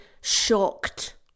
shocked